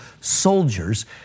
soldiers